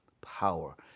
Power